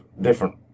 different